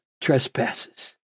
trespasses